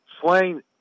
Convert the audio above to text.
Swain